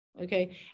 Okay